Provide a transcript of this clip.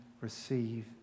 receive